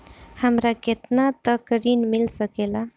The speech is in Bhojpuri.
हमरा केतना तक ऋण मिल सके ला?